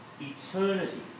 eternity